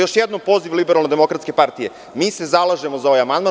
Još jednom poziv Liberalno-demokratske partije – mi se zalažemo za ovaj amandman.